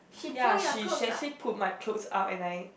ya she she actually pulled my clothes up and I